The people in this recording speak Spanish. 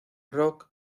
rock